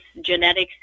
genetics